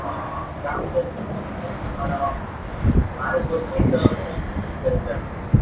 અ કામ તો એવુ કીધુ નથી પણ મારે કંઇક બીજું કરવાનું છે